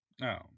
No